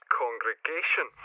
congregation